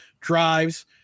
drives